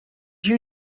you